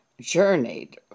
journeyed